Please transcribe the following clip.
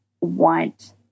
want